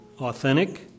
Authentic